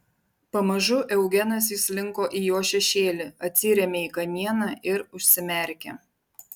pamažu eugenas įslinko į jo šešėlį atsirėmė į kamieną ir užsimerkė